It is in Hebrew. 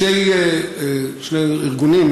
שני ארגונים,